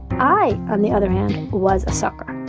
i, on the other hand, was a sucker.